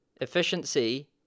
efficiency